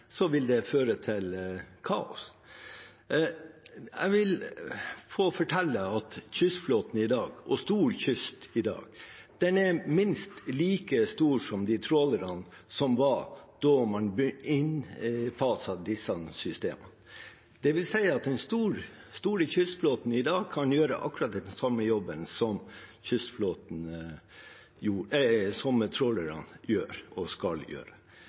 Så sier man her nå at hvis man tar tilbake til kystflåten den fisken som kystflåten har gitt, vil det føre til kaos. Jeg vil få fortelle at kystflåten i dag er minst like stor som de trålerne man hadde da man innfaset disse systemene, dvs. at den store kystflåten i dag kan gjøre akkurat den samme jobben som trålerne gjør og skal gjøre.